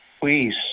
Please